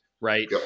right